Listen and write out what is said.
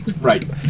Right